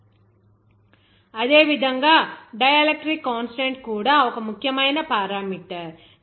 Q KAPb PaL అదే విధంగా dielectric constant కూడా ఒక ముఖ్యమైన పారామీటర్